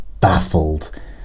baffled